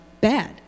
bad